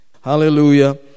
Hallelujah